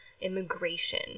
immigration